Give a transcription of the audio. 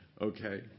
Okay